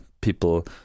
people